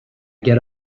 get